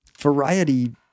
variety